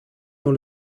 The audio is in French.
dans